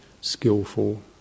skillful